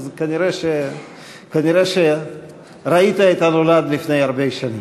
אז כנראה ראית את הנולד לפני הרבה שנים.